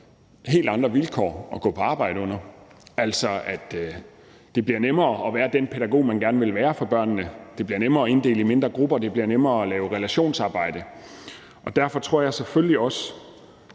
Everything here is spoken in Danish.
helt andre vilkår at gå på arbejde under, altså at det bliver nemmere at være den pædagog, man gerne vil være for børnene, at det bliver nemmere at inddele i mindre grupper, at det bliver nemmere at relationsarbejde. Derfor tror jeg selvfølgelig også,